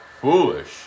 foolish